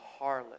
harlot